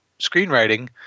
screenwriting